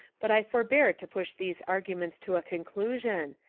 but i forbear to push these arguments to a conclusion,